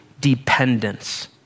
dependence